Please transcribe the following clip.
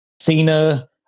Cena